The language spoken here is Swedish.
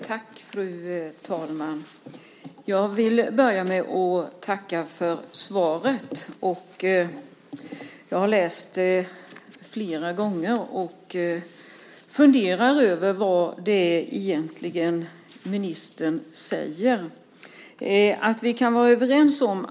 Fru talman! Jag vill börja med att tacka för svaret. Jag har läst det flera gånger och funderar över vad ministern egentligen säger.